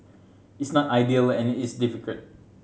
it's not ideal and it's difficult